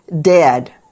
dead